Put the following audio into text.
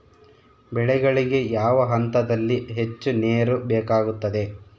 ಬೆಳೆಗಳಿಗೆ ಯಾವ ಹಂತದಲ್ಲಿ ಹೆಚ್ಚು ನೇರು ಬೇಕಾಗುತ್ತದೆ?